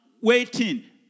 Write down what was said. waiting